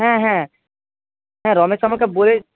হ্যাঁ হ্যাঁ হ্যাঁ রমেশ আমাকে বলেছে